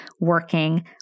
working